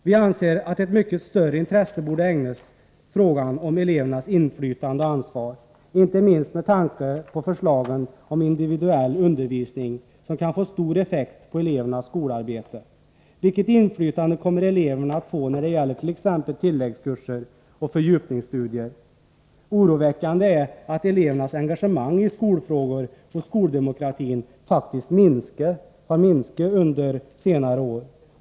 Vi anser att ett mycket större intresse borde ägnats frågan om elevernas inflytande och ansvar, inte minst med tanke på förslagen om individuell undervisning, som kan få stor effekt på elevernas skolarbete. Vilket inflytande kommer eleverna att få när det gäller t.ex. tilläggskurser och fördjupningsstudier? Det är oroväckande att elevernas engagemang i skolfrågor och skoldemokratin faktiskt minskat under senare år.